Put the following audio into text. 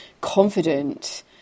confident